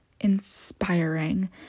inspiring